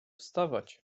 wstawać